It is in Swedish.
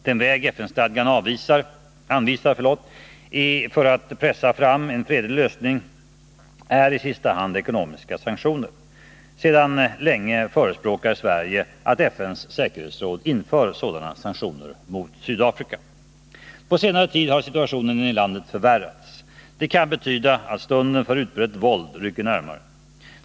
Den väg FN-stadgan anvisar för att pressa fram en fredlig lösning är i sista hand ekonomiska sanktioner. Sedan länge förespråkar Sverige att FN:s säkerhetsråd inför sådana sanktioner mot Sydafrika. På senare tid har situationen i landet förvärrats. Det kan betyda att stunden för utbrett våld rycker närmare.